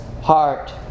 heart